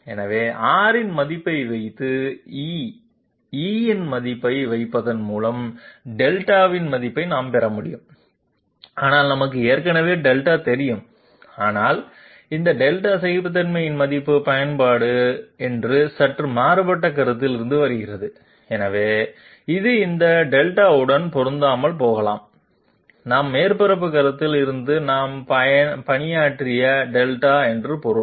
எனவே R இன் மதிப்பை வைத்து e இன் மதிப்பை வைப்பதன் மூலம் δ இன் மதிப்பை நாம் பெற முடியும் ஆனால் நமக்கு ஏற்கனவே δ தெரியும் ஆனால் இந்த δ சகிப்புத்தன்மை மதிப்பின் பயன்பாடு என்று சற்று மாறுபட்ட கருத்தில் இருந்து வருகிறது எனவே இது இந்த δ உடன் பொருந்தாமல் போகலாம் நான் மேற்பரப்பு கருத்தில் இருந்து நாம் பணியாற்றிய δ என்று பொருள்